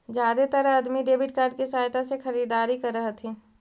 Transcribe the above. जादेतर अदमी debit card के सहायता से खरीदारी कर हथिन